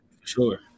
Sure